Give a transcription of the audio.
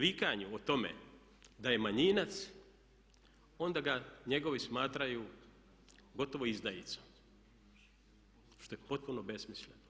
vikanju o tome da je manjinac onda ga njegovi smatraju gotovo izdajicom, što je potpuno besmisleno.